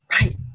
Right